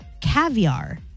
Caviar